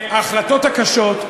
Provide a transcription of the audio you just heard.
וההחלטות הקשות,